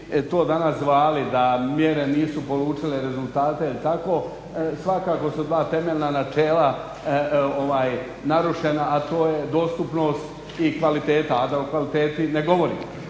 mi to danas zvali da mjere nisu polučile rezultate ili tako svakako su dva temeljna načela narušena a to je dostupnost i kvaliteta, a da o kvaliteti ne govorim.